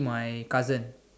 my cousin